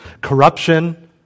corruption